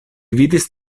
vidis